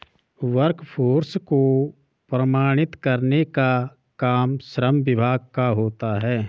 workforce को प्रमाणित करने का काम श्रम विभाग का होता है